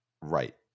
Right